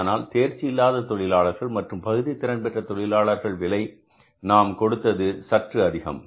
ஆனால் தேர்ச்சி இல்லாத தொழிலாளர்கள் மற்றும் பகுதி திறன் பெற்ற தொழிலாளர்கள் விலை நான் கொடுத்தது சற்று அதிகம்